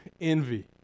envy